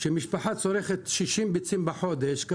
כשמשפחה צורכת 60 ביצים בחודש,